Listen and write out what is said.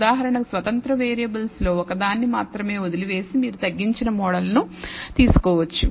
ఉదాహరణకు స్వతంత్ర వేరియబుల్స్లో ఒకదాన్ని మాత్రమే వదిలివేసి మీరు తగ్గించిన మోడల్ను తీసుకోవచ్చు